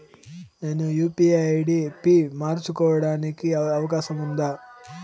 నేను UPI ID పి మార్చుకోవడానికి అవకాశం ఉందా?